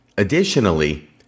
Additionally